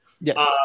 Yes